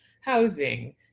Housing